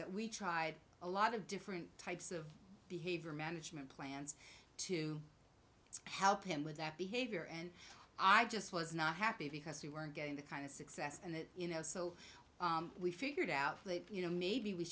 that we tried a lot of different types of behavior management plans to help him with that behavior and i just was not happy because we weren't getting the kind of success and you know so we figured out you know maybe we